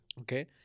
Okay